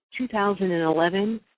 2011